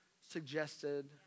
suggested